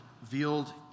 revealed